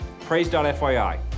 Praise.FYI